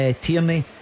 Tierney